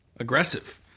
Aggressive